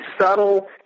subtle –